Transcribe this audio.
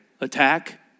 attack